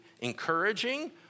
encouraging